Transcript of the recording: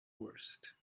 worst